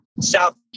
South